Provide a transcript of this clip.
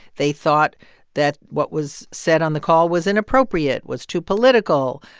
they thought that what was said on the call was inappropriate, was too political.